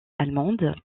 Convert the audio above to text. allemande